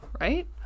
right